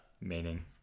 meaning